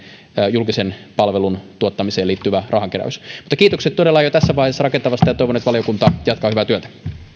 julkisen palvelun tuottamiseen liittyvä rahankeräys mutta kiitokset todella jo tässä vaiheessa rakentavasta keskustelusta ja toivon että valiokunta jatkaa hyvää työtä